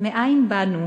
מאין באנו